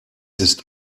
ist